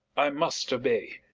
i must obey.